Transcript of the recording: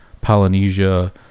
Polynesia